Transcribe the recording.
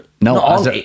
No